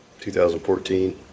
2014